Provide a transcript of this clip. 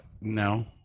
No